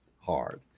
hard